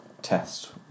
test